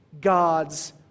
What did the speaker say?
God's